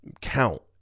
count